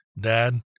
dad